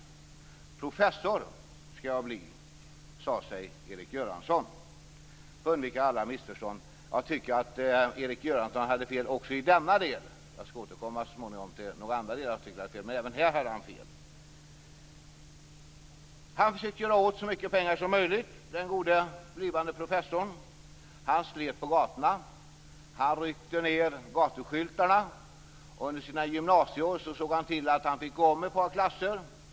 Professor ska jag bli!" sade sig För undvika alla missförstånd vill jag säga att jag tycker att Erik Göransson hade fel också i denna del. Jag skall så småningom återkomma till några andra delar där jag tycker att han hade fel. Han försökte göra av med så mycket pengar som möjligt, den gode blivande professorn. Han slet på gatorna, han ryckte ned gatuskyltarna och under sina gymnasieår såg han till att han fick gå om ett par klasser.